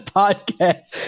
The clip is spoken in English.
podcast